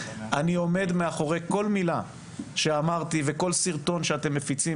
אני עומד מאחורי כל מילה שאמרתי וכל סרטון שאתם מפיצים